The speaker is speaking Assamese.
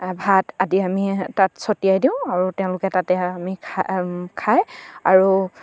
ভাত আদি আমি তাত ছটিয়াই দিওঁ আৰু তেওঁলোকে তাতে খাই আৰু